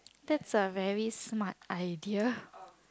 that's a very smart idea